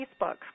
Facebook